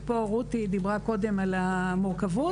ורותי דיברה קודם על המורכבות.